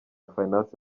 finance